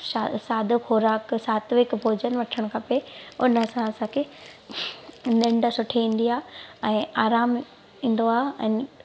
सा सादो ख़ोराक सातविक भोजन वठणु खपे हुन सां असांखे निंड सुठी ईंदी आहे ऐं आरामु ईंदो आहे ऐं